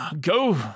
Go